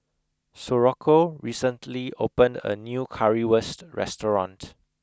Socorro recently opened a new curry wurst restaurant